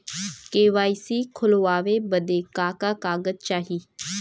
KYC खोलवावे बदे का का कागज चाही?